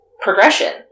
progression